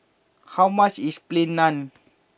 how much is Plain Naan